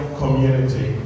community